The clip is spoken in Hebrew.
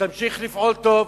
ושתמשיך לפעול טוב,